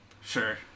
Sure